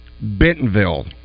Bentonville